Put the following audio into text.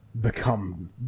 become